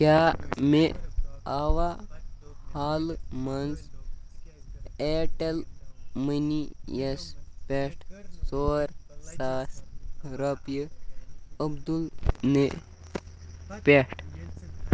کیٛاہ مےٚ آوا حالہٕ منٛز اِیَرٹیٚل مٔنی یَس پٮ۪ٹھ ژور ساس رۄپیہِ عبدل نہِ پٮ۪ٹھ؟